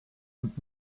und